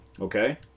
Okay